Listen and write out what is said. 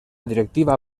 directiva